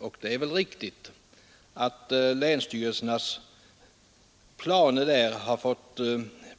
Och det är väl riktigt att länsstyrelsernas planer har